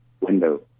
window